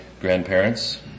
grandparents